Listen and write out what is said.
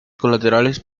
colaterales